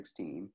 2016